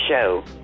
show